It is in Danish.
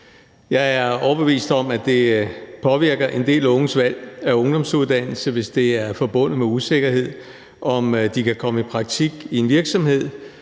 Jeg er overbevist om, at det påvirker en del unges valg af ungdomsuddannelse, hvis det er forbundet med usikkerhed, om de kan komme i praktik i en virksomhed,